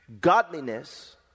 godliness